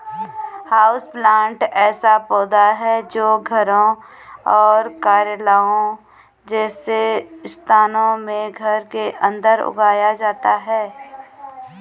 houseplant ऐसा पौधा है जो घरों और कार्यालयों जैसे स्थानों में घर के अंदर उगाया जाता है